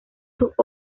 sus